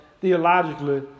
theologically